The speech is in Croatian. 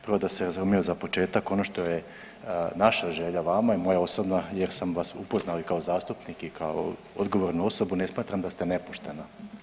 Prvo da se razumijemo za početak ono što je naša želja vama i moja osobna jer sam vas upoznao i kao zastupnik i kao odgovornu osobu ne smatram da ste nepoštena.